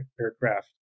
aircraft